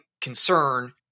concern